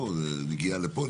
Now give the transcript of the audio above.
נגיעה לפה,